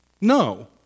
No